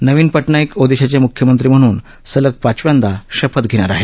नवीन पटनाईक ओदिशाचे मुख्यमंत्री म्हणून सलग पाचव्यांदा शपथ घेणार आहेत